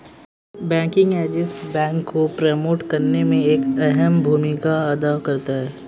banking agent bank को promote करने में एक अहम भूमिका अदा करता है